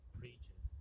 preaches